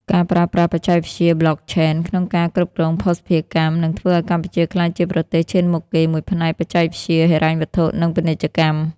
ការប្រើប្រាស់បច្ចេកវិទ្យា Blockchain ក្នុងការគ្រប់គ្រងភស្តុភារកម្ម នឹងធ្វើឱ្យកម្ពុជាក្លាយជាប្រទេសឈានមុខគេមួយផ្នែកបច្ចេកវិទ្យាហិរញ្ញវត្ថុ និងពាណិជ្ជកម្ម។